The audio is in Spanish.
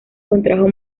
contrajo